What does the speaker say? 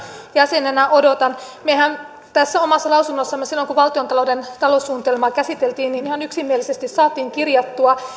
jäsenenä odotan mehän tässä omassa lausunnossamme silloin kun valtiontalouden taloussuunnitelmaa käsiteltiin ihan yksimielisesti saimme kirjattua